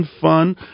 fun